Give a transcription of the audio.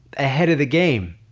ahead of the game.